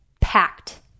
packed